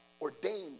ordained